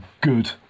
good